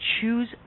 choose